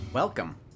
Welcome